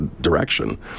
direction